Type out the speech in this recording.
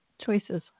choices